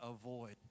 avoid